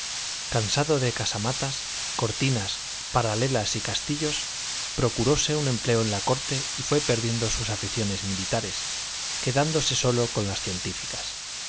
cansado de casamatas cortinas paralelas y castillos procurose un empleo en la corte y fue perdiendo sus aficiones militares quedándose sólo con las científicas